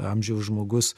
amžiaus žmogus